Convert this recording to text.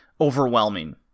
overwhelming